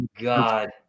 god